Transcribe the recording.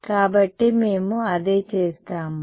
కాబట్టి మేము అదే చేస్తాము